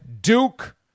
Duke